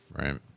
Right